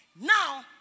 now